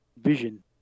Vision